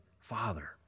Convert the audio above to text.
Father